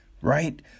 right